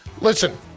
Listen